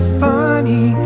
funny